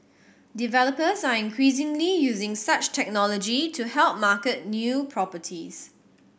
developers are increasingly using such technology to help market new properties